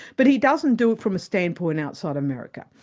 but he doesn't do it from a standpoint outside america,